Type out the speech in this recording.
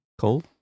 Cold